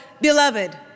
beloved